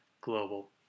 global